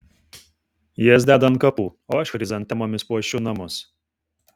jas deda ant kapų o aš chrizantemomis puošiu namus